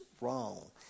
wrong